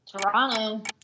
Toronto